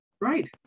Right